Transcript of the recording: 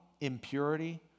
impurity